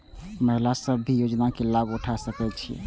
महिला सब भी योजना के लाभ उठा सके छिईय?